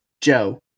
Joe